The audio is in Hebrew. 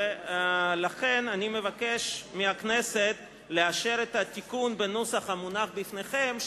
לכן אני מבקש מהכנסת לאשר את התיקון בנוסח המונח לפניכם,